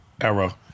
era